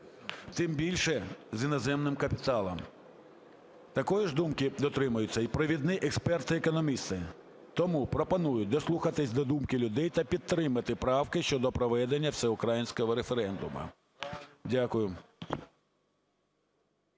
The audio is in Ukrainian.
тим більше з іноземним капіталом. Такої ж думки дотримуються і провідні експерти-економісти. Тому пропоную дослухатись до думки людей та підтримати правки щодо проведення всеукраїнського референдуму. Дякую.